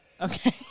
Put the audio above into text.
Okay